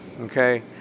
okay